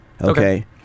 Okay